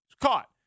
Caught